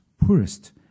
poorest